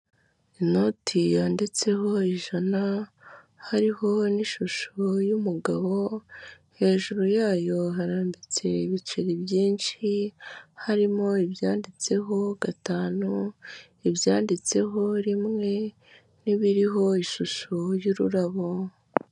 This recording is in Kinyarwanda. Inoti yanditseho ijana hariho n'ishusho y'umugabo, hejuru yayo harambitse ibiceri byinshi, harimo ibyanditseho gatanu, ibyanditseho rimwe, n'ibiriho ishusho y'ururabo.